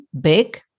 big